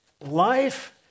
life